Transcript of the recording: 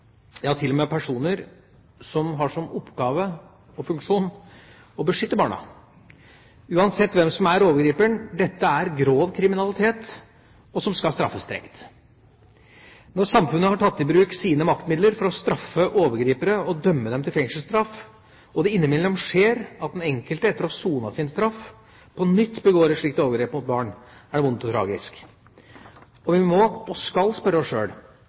ja, til og med av personer som har som oppgave og funksjon å beskytte barna. Uansett hvem som er overgriperen: Dette er grov kriminalitet, som skal straffes strengt. Når samfunnet har tatt i bruk sine maktmidler for å straffe overgripere og dømme dem til fengselsstraff, og det innimellom skjer at den enkelte etter å ha sonet sin straff, på nytt begår et slikt overgrep mot barn, er det vondt og tragisk. Og vi må og skal spørre oss